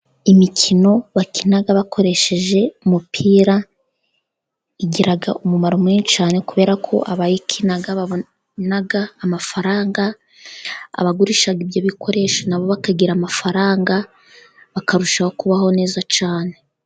Imikino bakina bakoresheje umupira igira umumaro mwinshi cyane, kubera ko abayikina babona amafaranga, abagurishaga ibyo bikoresho nabo bakagira amafaranga, bakarushaho kubaho neza cyane.